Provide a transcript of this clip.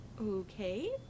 Okay